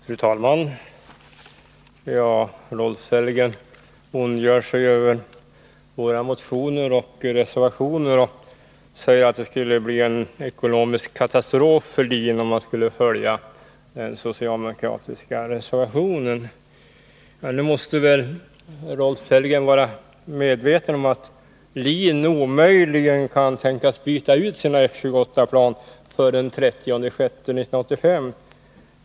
Fru talman! Rolf Sellgren ondgör sig över vår motion och reservation och säger att det skulle bli en ekonomisk katastrof för LIN, om man skulle följa den socialdemokratiska reservationen. Nu måste väl Rolf Sellgren vara medveten om att LIN omöjligen kan tänkas byta ut sina F-28-plan före den 30 juni 1985.